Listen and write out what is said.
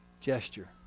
gesture